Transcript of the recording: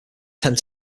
tend